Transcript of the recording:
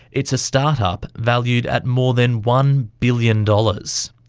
it's a start-up valued at more than one billion dollars.